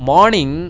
Morning